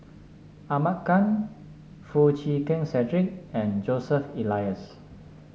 Ahmad Khan Foo Chee Keng Cedric and Joseph Elias